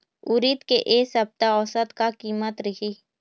उरीद के ए सप्ता औसत का कीमत रिही?